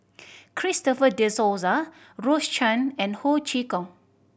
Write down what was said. Christopher De Souza Rose Chan and Ho Chee Kong